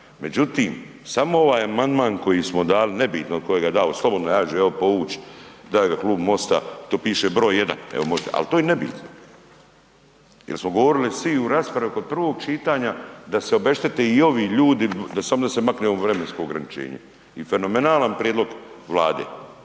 Međutim, samo ovaj amandman koji smo dali, nebitno tko ga je dao, slobodno ja ću ga evo povuć, daje ga Klub MOST-a tu piše broj 1, al to je nebitno jer smo govorili svi u raspravi kod prvog čitanja da se obeštete i ovi ljudi samo da se makne ovo vremensko ograničenje i fenomenalan prijedlog Vlade.